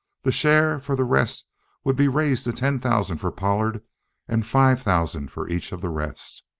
the share for the rest would be raised to ten thousand for pollard and five thousand for each of the rest.